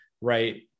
right